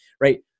right